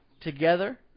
together